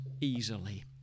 easily